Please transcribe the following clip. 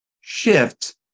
shift